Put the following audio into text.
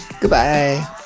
Goodbye